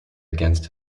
against